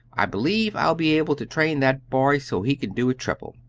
i believe i'll be able to train that boy so he can do a triple.